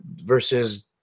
versus